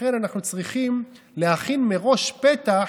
לכן אנחנו צריכים להכין מראש פתח,